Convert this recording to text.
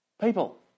People